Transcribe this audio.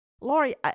Lori